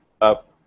up